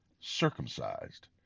circumcised